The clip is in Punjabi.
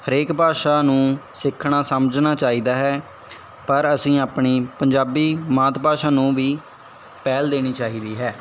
ਹਰੇਕ ਭਾਸ਼ਾ ਨੂੰ ਸਿੱਖਣਾ ਸਮਝਣਾ ਚਾਹੀਦਾ ਹੈ ਪਰ ਅਸੀਂ ਆਪਣੀ ਪੰਜਾਬੀ ਮਾਤ ਭਾਸ਼ਾ ਨੂੰ ਵੀ ਪਹਿਲ ਦੇਣੀ ਚਾਹੀਦੀ ਹੈ